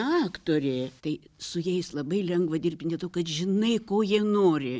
aktorė tai su jais labai lengva dirbti dėl to kad žinai ko jie nori